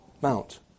Mount